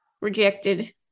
rejected